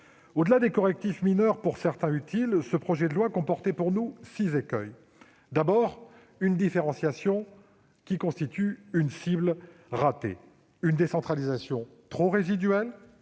Au-delà des correctifs mineurs, pour certains utiles, ce projet de loi comportait pour nous six écueils : une différenciation qui rate sa cible ; une décentralisation trop résiduelle